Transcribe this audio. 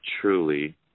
truly